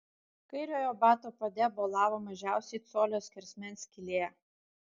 kairiojo bato pade bolavo mažiausiai colio skersmens skylė